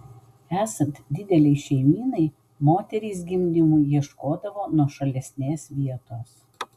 esant didelei šeimynai moterys gimdymui ieškodavo nuošalesnės vietos